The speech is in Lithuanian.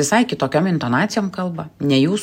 visai kitokiom intonacijom kalba ne jūsų